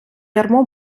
ярмо